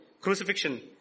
Crucifixion